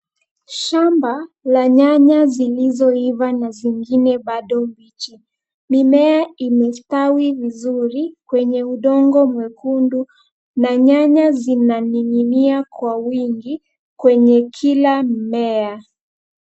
Shamba la nyanya zilizoiva na zingine bado mbichi. Mimea imestawi vizuri kwenye udongo mwekundu, na nyanya zinaninginia kwa wingi, kwenye kila mmea.